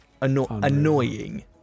Annoying